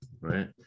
right